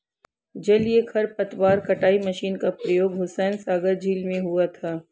जलीय खरपतवार कटाई मशीन का प्रयोग हुसैनसागर झील में हुआ था